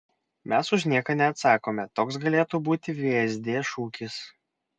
mes už nieką neatsakome toks galėtų būti vsd šūkis